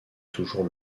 toujours